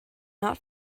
not